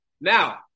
Now